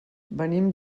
venim